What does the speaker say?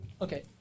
Okay